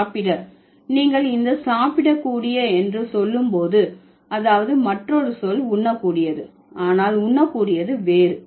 சாப்பிட நீங்கள் இந்த சாப்பிடக்கூடிய என்று சொல்ல போது அதாவது மற்றொரு சொல் உண்ணக்கூடியது ஆனால் உண்ணக்கூடியது வேறு